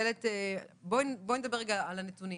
בואי נדבר רגע על הנתונים.